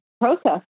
process